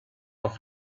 off